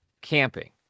camping